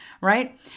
right